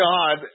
God